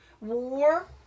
war